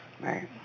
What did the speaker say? Right